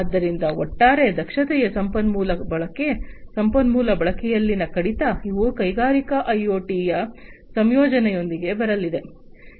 ಆದ್ದರಿಂದ ಒಟ್ಟಾರೆ ದಕ್ಷತೆಯ ಸಂಪನ್ಮೂಲ ಬಳಕೆ ಸಂಪನ್ಮೂಲ ಬಳಕೆಯಲ್ಲಿನ ಕಡಿತ ಇವು ಕೈಗಾರಿಕಾ ಐಒಟಿಯ ಸಂಯೋಜನೆಯೊಂದಿಗೆ ಬರಲಿವೆ